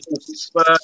Spurs